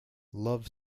love